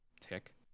tick